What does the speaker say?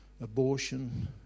abortion